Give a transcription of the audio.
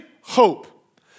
hope